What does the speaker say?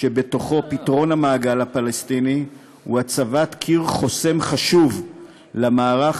שבתוכו פתרון המעגל הפלסטיני הוא הצבת קיר חוסם חשוב למערך